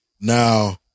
Now